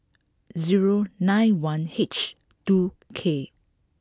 zero nine one H two K